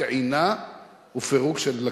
טעינה ופירוק של דלקים.